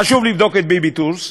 חשוב לבדוק את "ביביטורס",